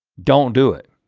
don't do it.